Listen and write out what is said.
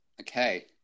Okay